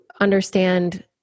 understand